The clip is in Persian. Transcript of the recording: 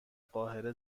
قاهره